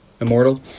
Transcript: Immortal